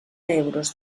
euros